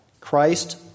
Christ